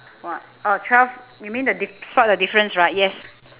what oh twelve you mean the dif~ spot the difference right yes